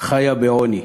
חיה בעוני.